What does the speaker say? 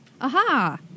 Aha